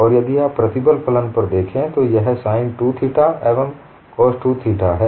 और यदि आप प्रतिबल फलन पर देखें तो यह sin 2 थीटा एवं cos 2 थीटा है